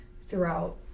throughout